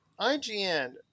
IGN